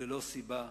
ללא סיבה,